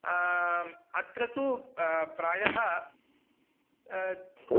अत्र तु प्रायः